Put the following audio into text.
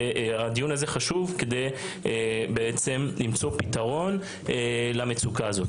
והדיון הזה חשוב כדי בעצם למצוא פתרון למצוקה הזאת.